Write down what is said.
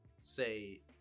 say